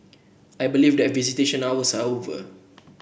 I believe that visitation hours are over